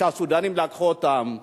שהסודנים לקחו אותם אליו.